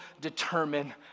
determine